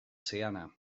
seana